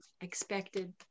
expected